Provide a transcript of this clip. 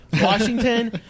Washington